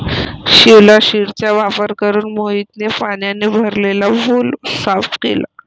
शिवलाशिरचा वापर करून मोहितने पाण्याने भरलेला पूल साफ केला